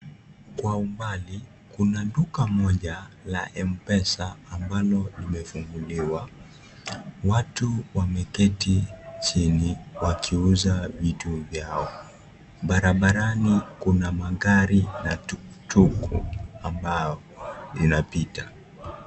Kwa umbaLi, kuna duka moja la MPesa ambalo limefunguliwa. Watu wameketi chini wakiuza vitu vyao. Barabarani kuna magari na tukutuku ambao inapita.